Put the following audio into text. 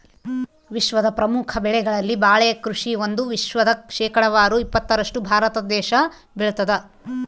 ವಿಶ್ವದ ಪ್ರಮುಖ ಬೆಳೆಗಳಲ್ಲಿ ಬಾಳೆ ಕೃಷಿ ಒಂದು ವಿಶ್ವದ ಶೇಕಡಾವಾರು ಇಪ್ಪತ್ತರಷ್ಟು ಭಾರತ ದೇಶ ಬೆಳತಾದ